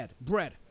bread